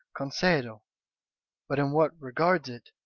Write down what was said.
concedo but in what regards it,